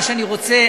מה שאני רוצה,